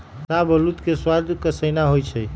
शाहबलूत के सवाद कसाइन्न होइ छइ